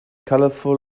colorful